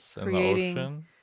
creating